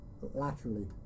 laterally